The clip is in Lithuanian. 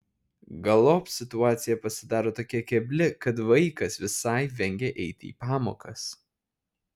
galop situacija pasidaro tokia kebli kad vaikas visai vengia eiti į pamokas